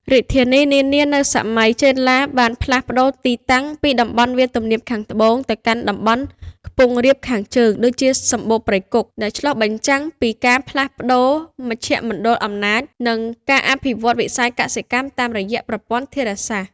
រាជធានីនានានៅសម័យចេនឡា បានផ្លាស់ប្តូរទីតាំងពីតំបន់វាលទំនាបខាងត្បូង ទៅកាន់តំបន់ខ្ពង់រាបខាងជើង ដូចជាសម្បូរព្រៃគុក ដែលឆ្លុះបញ្ចាំងពីការផ្លាស់ប្តូរមជ្ឈមណ្ឌលអំណាច និងការអភិវឌ្ឍន៍វិស័យកសិកម្មតាមរយៈប្រព័ន្ធធារាសាស្ត្រ។